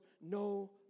no